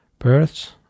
births